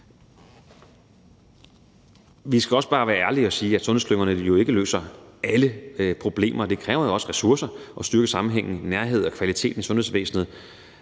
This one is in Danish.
Vi skal også bare være ærlige og sige, at sundhedsklyngerne jo ikke løser alle problemer. Det kræver jo også ressourcer at styrke sammenhængen, nærheden og kvaliteten i sundhedsvæsenet.